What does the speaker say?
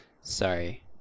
Sorry